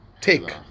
Take